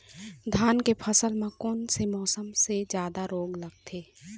धान के फसल मे कोन से मौसम मे जादा रोग लगथे?